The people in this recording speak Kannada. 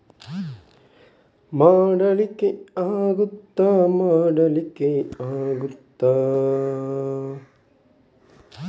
ಆಧಾರ್ ಕಾರ್ಡ್ ಮೂಲಕ ಬ್ಯಾಂಕ್ ಅಕೌಂಟ್ ಓಪನ್ ಮಾಡಲಿಕ್ಕೆ ಆಗುತಾ?